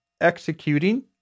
executing